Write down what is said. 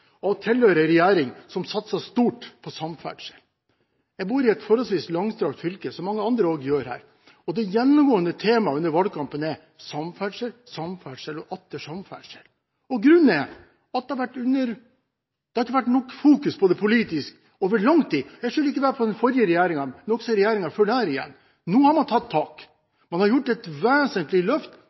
å tilhøre en regjering som satser stort på samferdsel. Jeg bor i et forholdsvis langstrakt fylke – som også mange andre her gjør – og det gjennomgående temaet under valgkampen var samferdsel, samferdsel og atter samferdsel. Grunnen er at det over lang tid ikke har vært nok politisk fokusering på dette. Jeg skjønner meg ikke på den forrige regjeringen, men heller ikke på regjeringen før den igjen. Nå har man tatt tak. Man har gjort et vesentlig løft